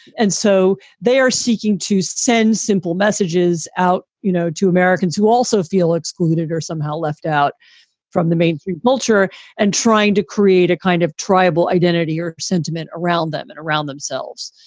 and so they are seeking to send simple messages out you know to americans who also feel excluded or somehow left out from the mainstream culture and trying to create a kind of tribal identity or sentiment around them, and around themselves.